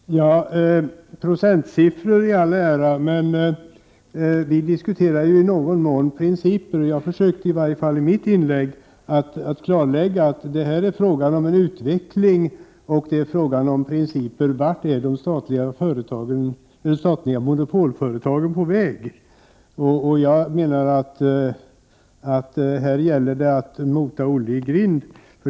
Herr talman! Procentsiffror i all ära, men det vi diskuterar här är i någon mån principer. Jag försökte i varje fall i mitt inlägg klarlägga att det här är fråga om en utveckling och principer — vart är de statliga monopolföretagen på väg? Jag menar att det här gäller att mota Olle i grind.